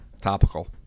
Topical